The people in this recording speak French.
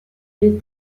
les